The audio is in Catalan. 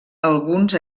alguns